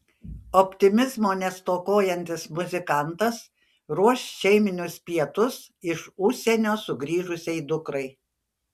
optimizmo nestokojantis muzikantas ruoš šeiminius pietus iš užsienio sugrįžusiai dukrai